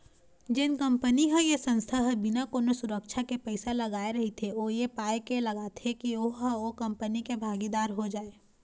जेन कंपनी ह या संस्था ह बिना कोनो सुरक्छा के पइसा लगाय रहिथे ओ ऐ पाय के लगाथे के ओहा ओ कंपनी के भागीदार हो जाय